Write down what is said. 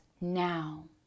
now